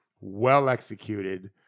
well-executed